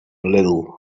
little